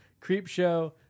Creepshow